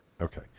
Okay